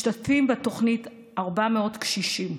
משתתפים בתוכנית 400 קשישים.